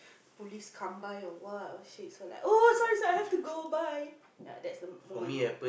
police come by or what oh shit so like sorry sorry I have to go bye ya that's the moment